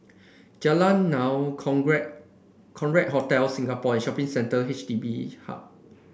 Jalan Naung Hotel Singapore and Shopping Centre H D B Hub